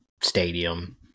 stadium